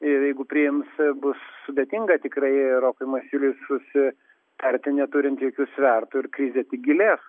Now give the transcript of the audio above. ir jeigu priimsi bus sudėtinga tikrai rokui masiuliui susitarti neturint jokių svertų ir krizė tik gilės